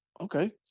okay